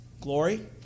glory